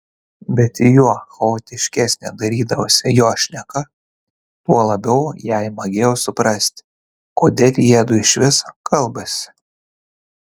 bet juo chaotiškesnė darydavosi jo šneka tuo labiau jai magėjo suprasti kodėl jiedu išvis kalbasi